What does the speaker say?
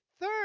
Third